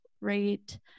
rate